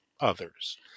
others